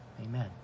Amen